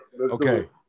Okay